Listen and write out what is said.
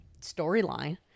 storyline